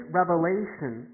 revelation